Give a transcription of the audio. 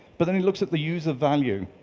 but then it looks at the user value.